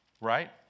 right